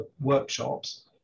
workshops